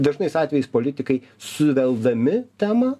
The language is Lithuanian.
dažnais atvejais politikai suveldami temą